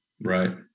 Right